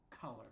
color